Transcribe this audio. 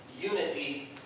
unity